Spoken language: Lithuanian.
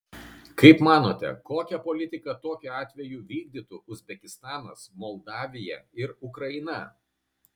kaip manote kokią politiką tokiu atveju vykdytų uzbekistanas moldavija ir ukraina